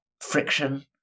friction